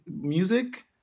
music